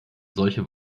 solche